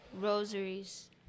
Rosaries